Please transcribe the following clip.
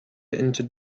into